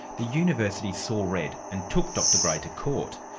the university saw red, and took dr gray to court.